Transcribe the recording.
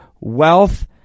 wealth